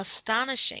astonishing